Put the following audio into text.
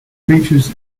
features